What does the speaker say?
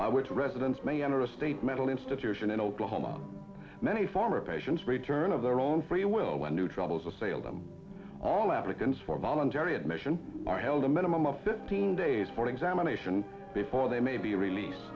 by which residents may enter a state mental institution in oklahoma many former patients return of their own free will when new troubles assail them all applicants for voluntary admission are held a minimum of fifteen days for examination before they may be released